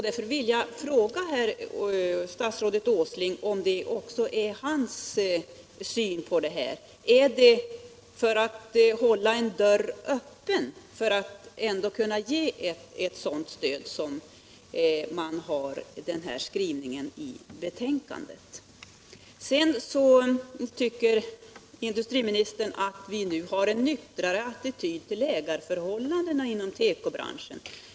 Därför vill jag fråga statsrådet Åsling om det också är hans syn på den här frågan. Är det för att hålla en dörr öppen för att ändå kunna ge sådant stöd som man har den här skrivningen i utskottsbetänkandet? Sedan säger industriministern att vi nu har en nyktrare attityd till ägarförhållandena inom tekobranschen.